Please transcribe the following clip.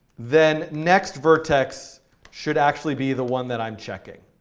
then nextvertex should actually be the one that i'm checking.